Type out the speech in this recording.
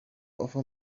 offer